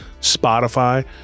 Spotify